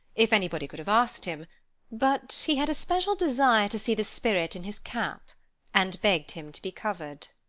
if anybody could have asked him but he had a special desire to see the spirit in his cap and begged him to be covered.